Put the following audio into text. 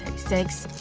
six